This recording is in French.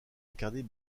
incarner